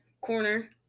corner